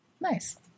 Nice